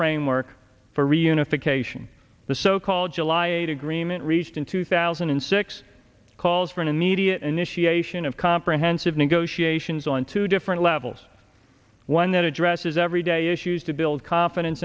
framework for reunification the so called july agreement reached in two thousand and six calls for an immediate initiation of comprehensive negotiations on two different levels one that addresses everyday issues to build confidence